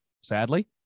sadly